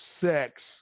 sex